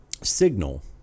signal